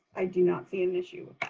i do not see an issue